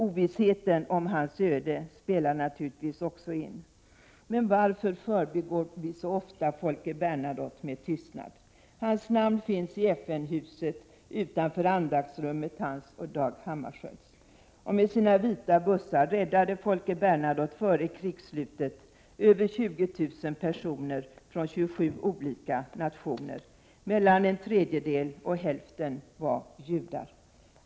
Ovissheten om hans öde spelar naturligtvis också in. Men varför förbigår vi så ofta Folke Bernadotte med tystnad? Hans namn finns i FN-huset, utanför andaktsrummet — hans och Dag Hammarskjölds. Med sina vita bussar räddade Folke Bernadotte före krigsslutet över 20 000 personer från 27 olika nationer. Mellan en tredjedel och hälften var judar.